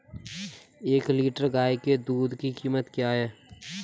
एक लीटर गाय के दूध की कीमत क्या है?